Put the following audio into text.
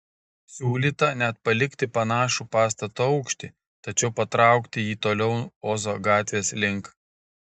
siūlyta net palikti panašų pastato aukštį tačiau patraukti jį toliau ozo gatvės link